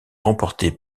remporté